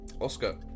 Oscar